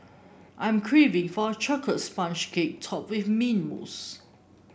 I'm craving for a chocolate sponge cake topped with mint mousse